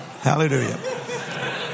Hallelujah